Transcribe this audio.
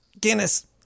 Guinness